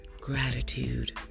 gratitude